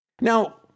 Now